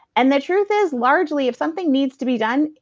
and the truth is, largely, if something needs to be done,